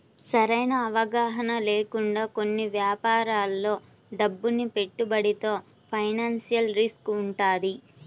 సరైన అవగాహన లేకుండా కొన్ని యాపారాల్లో డబ్బును పెట్టుబడితో ఫైనాన్షియల్ రిస్క్ వుంటది